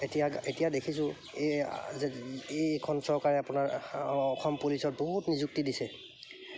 এতিয়া এতিয়া দেখিছোঁ এই যে এইখন চৰকাৰে আপোনাৰ অসম পুলিচত বহুত নিযুক্তি দিছে